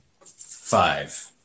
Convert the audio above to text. five